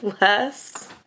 less